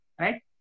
right